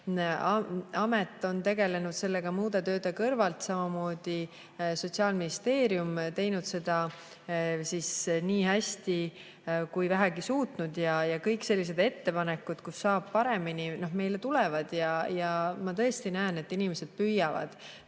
on tegelenud sellega muude tööde kõrvalt, samamoodi Sotsiaalministeerium, on teinud seda nii hästi, kui vähegi on suutnud. Ja kõik sellised ettepanekud, kus saab teha paremini, meile tulevad ja ma tõesti näen, et inimesed püüavad